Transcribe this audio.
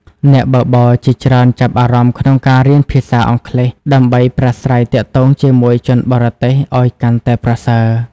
អ្នកបើកបរជាច្រើនចាប់អារម្មណ៍ក្នុងការរៀនភាសាអង់គ្លេសដើម្បីប្រាស្រ័យទាក់ទងជាមួយជនបរទេសឱ្យកាន់តែប្រសើរ។